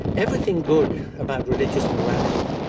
everything good about religious morality,